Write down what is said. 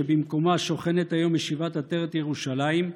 שבמקומה שוכנת היום ישיבת עטרת ירושלים,